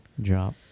Drop